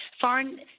foreign